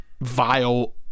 vile